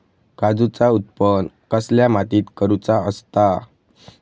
काजूचा उत्त्पन कसल्या मातीत करुचा असता?